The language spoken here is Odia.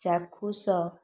ଚାକ୍ଷୁଷ